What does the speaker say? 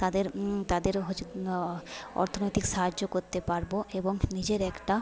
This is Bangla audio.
তাদের তাদের অর্থনৈতিক সাহায্য করতে পারব এবং নিজের একটা